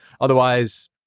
Otherwise